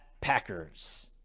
Packers